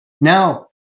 Now